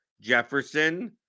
Jefferson